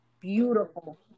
Beautiful